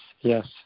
yes